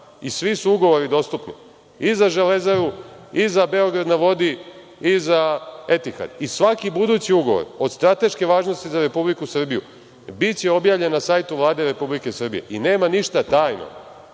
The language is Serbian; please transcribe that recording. i svi su ugovori dostupni i za „Železaru“ i za „Beograd na vodi“ i za „Etihad“. I svaki budući ugovor od strateške važnosti za Republiku Srbiju biće objavljen na sajtu Vade Republike Srbije i nema ništa tajno,